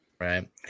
Right